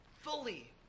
fully